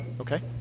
okay